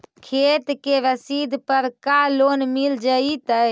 खेत के रसिद पर का लोन मिल जइतै?